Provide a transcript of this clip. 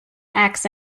axe